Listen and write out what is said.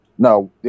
No